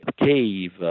cave